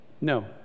no